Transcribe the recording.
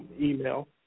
email